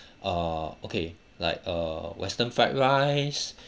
err okay like uh western fried rice